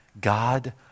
God